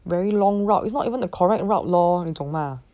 very long route it's not even the correct route lor 你懂吗